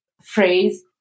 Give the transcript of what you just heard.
phrase